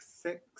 six